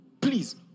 Please